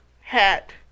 hat